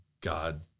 God